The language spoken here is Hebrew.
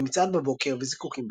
במצעד בבוקר וזיקוקים בלילה.